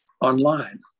online